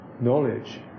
knowledge